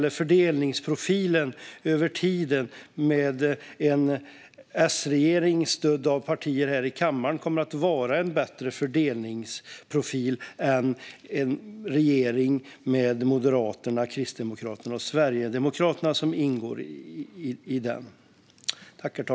En S-regering stödd av partier här i kammaren kommer att ha en bättre fördelningsprofil än en regering med Moderaterna, Kristdemokraterna och Sverigedemokraterna.